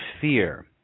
fear